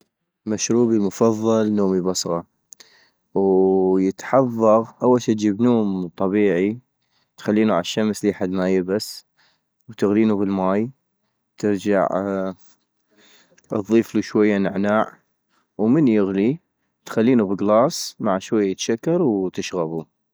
مشروبي المفضل نومي بصغة - ويتحضغ أول شي تجيب نوم طبيعي ، اخلينو عالشمس لي حد ما يبس ، وتغلينو بالماي - ترجع تضيفلو شوية نعناع - ومن يغلي تخلينو بكلاص مع شوية شكر وتشغبو